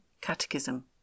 catechism